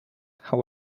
how